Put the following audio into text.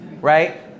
Right